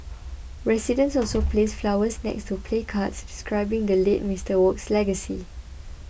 residents also placed flowers next to placards describing the late Mister Wok's legacy